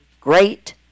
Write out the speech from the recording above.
great